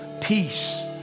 peace